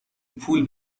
پول